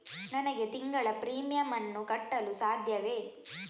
ನನಗೆ ತಿಂಗಳ ಪ್ರೀಮಿಯಮ್ ಅನ್ನು ಕಟ್ಟಲು ಸಾಧ್ಯವೇ?